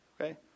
okay